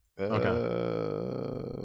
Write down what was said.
Okay